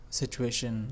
situation